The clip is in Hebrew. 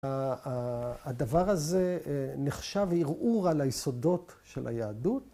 ‫הדבר הזה נחשב ערעור ‫על היסודות של היהדות.